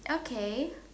okay